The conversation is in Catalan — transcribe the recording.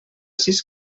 sis